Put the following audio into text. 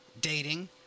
dating